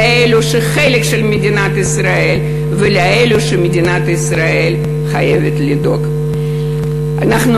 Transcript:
לאלה שהם חלק ממדינת ישראל ולאלה שמדינת ישראל חייבת לדאוג להם.